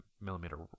millimeter